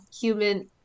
human